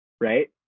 right